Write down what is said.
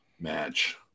match